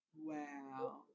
Wow